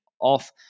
off